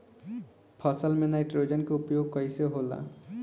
फसल में नाइट्रोजन के उपयोग कइसे होला?